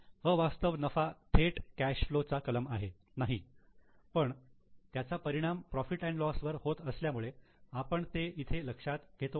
अवास्तव नफा थेट कॅश फ्लो चा कलम नाही पण त्याचा परिणाम प्रॉफिट अँड लॉस वर होत असल्यामुळे आपण ते इथे लक्षात घेतो आहोत